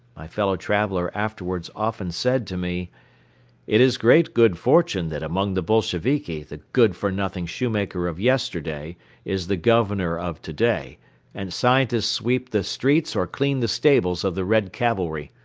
my fellow traveler afterwards often said to me it is great good fortune that among the bolsheviki the good-for-nothing shoemaker of yesterday is the governor of today and scientists sweep the streets or clean the stables of the red cavalry.